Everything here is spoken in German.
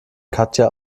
katja